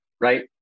right